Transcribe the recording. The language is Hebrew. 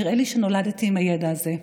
נראה לי שנולדתי עם הידע הזה,